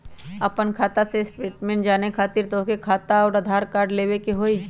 आपन खाता के स्टेटमेंट जाने खातिर तोहके खाता अऊर आधार कार्ड लबे के होइ?